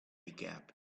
gap